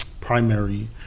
primary